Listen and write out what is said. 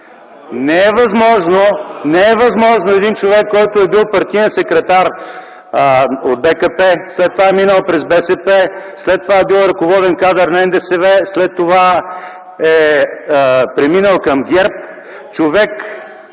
Не е възможно един човек, който е бил партиен секретар от БКП, след това е минал през БСП, след това е бил ръководен кадър на НДСВ, след това е преминал към ГЕРБ,